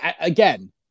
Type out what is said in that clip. again